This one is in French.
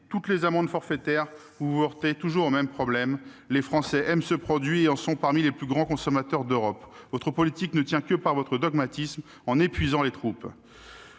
toutes les amendes forfaitaires, vous vous heurtez toujours au même problème : les Français aiment ce produit et en sont toujours parmi les plus grands consommateurs d'Europe. Votre politique ne tient que par votre dogmatisme et ne fait qu'épuiser les troupes.